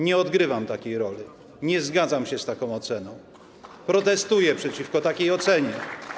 Nie odgrywam takiej roli, nie zgadzam się z taką oceną, protestuję przeciwko takiej ocenie.